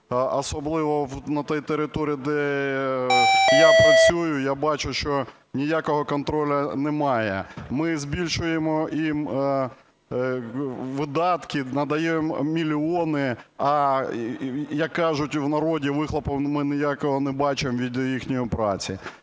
особливо на тій території, де я працюю, я бачу, що ніякого контролю немає. Ми збільшуємо їм видатки, надаємо мільйони, а, як кажуть в народі, выхлопа ми ніякого не бачимо від їхньої праці.